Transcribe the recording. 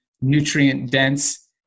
nutrient-dense